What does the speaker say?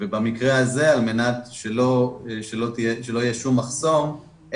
ובמקרה הזה על מנת שלא יהיה שום מחסום,